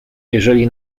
jeżeli